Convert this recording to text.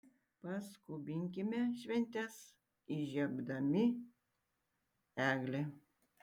paskubinkime šventes įžiebdami eglę